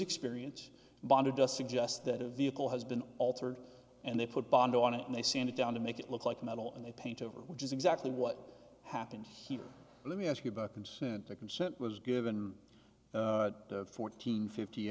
experience bonded does suggest that a vehicle has been altered and they put bond on it and they sent it down to make it look like metal and they paint over which is exactly what happened here let me ask you about consent the consent was given fourteen fifty